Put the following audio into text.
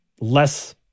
less